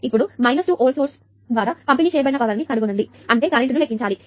ఇప్పుడు 2 volt source ద్వారా పంపిణీ చేయబడిన పవర్ ని కనుగొనండి అని అడుగుతారు అంటే కరెంట్ను లెక్కించాలి